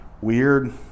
weird